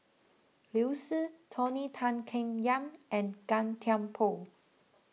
Liu Si Tony Tan Keng Yam and Gan Thiam Poh